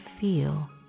feel